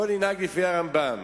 בואו ננהג לפי הרמב"ם.